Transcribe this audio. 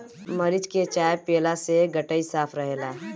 मरीच के चाय पियला से गटई साफ़ रहेला